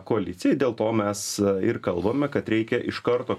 koalicijai dėl to mes ir kalbame kad reikia iš karto